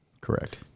Correct